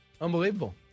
Unbelievable